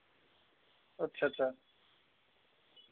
अच्छा अच्छा